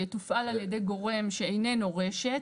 שיתופעל על ידי גורם שאיננו רשת.